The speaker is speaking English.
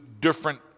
different